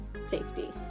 safety